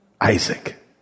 Isaac